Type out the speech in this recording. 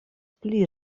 pli